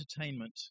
entertainment